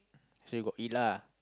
so you got eat lah